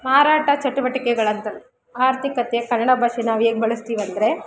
ಮಾರಾಟ ಚಟುವಟಿಕೆಗಳಂತ ಆರ್ಥಿಕತೆ ಕನ್ನಡ ಭಾಷೆ ನಾವು ಹೇಗೆ ಬಳಸ್ತಿವಂದ್ರೆ